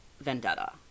vendetta